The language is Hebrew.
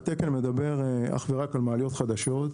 התקן מדבר אך ורק על מעליות חדשות,